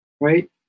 right